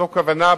זאת הכוונה.